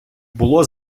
було